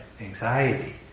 anxiety